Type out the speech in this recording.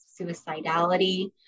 suicidality